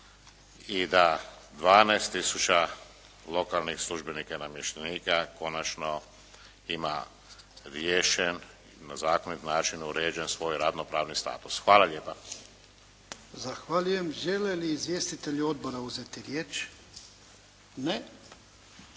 i da 12 tisuća lokalnih službenika i namještenika konačno ima riješen na zakonit uređen svoj radno pravni status. Hvala lijepa. **Jarnjak, Ivan (HDZ)** Zahvaljujem. Žele li izvjestitelji Odbora uzeti riječ? Ne.